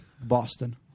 Boston